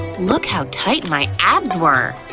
look how tight my abs were!